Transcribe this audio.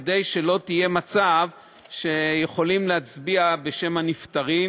כדי שלא יהיה מצב שיכולים להצביע בשם נפטרים.